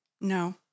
no